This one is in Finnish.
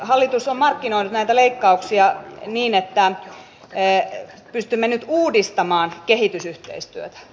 hallitus on markkinoinut näitä leikkauksia niin että pystymme nyt uudistamaan kehitysyhteistyötä